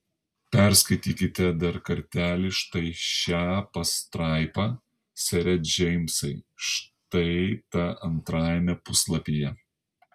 perskaitykite dar kartelį štai šią pastraipą sere džeimsai štai tą antrajame puslapyje